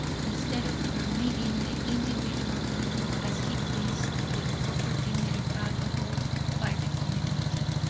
instead of permitting the individual to do as he pleased with property made valuable by the community.